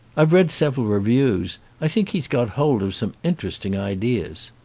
i've read several reviews. i think he's got hold of some interesting ideas.